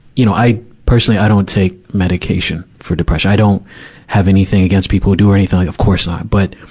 you know, i personally, i don't take medication for depression. i don't have anything against people who do or anything like that of course not. but,